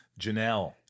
Janelle